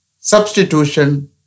substitution